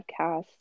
podcast